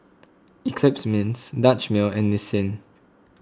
Eclipse Mints Dutch Mill and Nissin